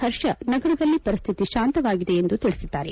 ಹರ್ಷ ನಗರದಲ್ಲಿ ಪರಿಸ್ಥಿತಿ ಶಾಂತವಾಗಿದೆ ಎಂದು ತಿಳಿಸಿದ್ದಾರೆ